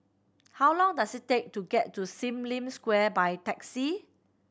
how long does it take to get to Sim Lim Square by taxi